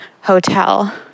hotel